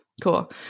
Cool